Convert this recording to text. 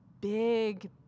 big